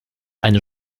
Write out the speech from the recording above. eine